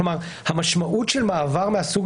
לסייע לתאגיד ולנושיו